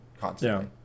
constantly